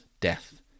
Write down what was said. death